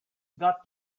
got